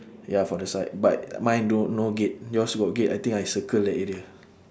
ya for the side but mine no no gate yours got gate I think I circle the area